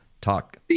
talk